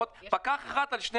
פקח אחד על שני